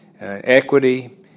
equity